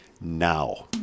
now